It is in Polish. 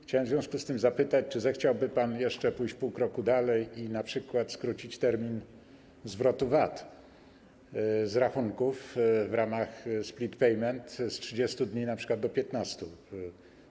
Chciałem w związku z tym zapytać: Czy zechciałby pan jeszcze pójść pół kroku dalej i np. skrócić termin zwrotu VAT z rachunków w ramach split payment z 30 dni do np. 15 dni?